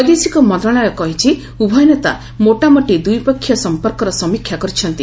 ବୈଦେଶିକ ମନ୍ତ୍ରଣାଳୟ କହିଛି ଉଭୟ ନେତା ମୋଟାମୋଟି ଦ୍ୱିପକ୍ଷୀୟ ସଂପର୍କର ସମୀକ୍ଷା କରିଛନ୍ତି